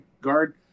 guard